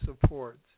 support